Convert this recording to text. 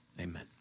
Amen